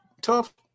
tough